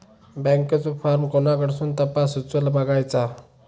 बँकेचो फार्म कोणाकडसून तपासूच बगायचा?